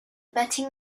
betting